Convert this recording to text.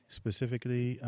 specifically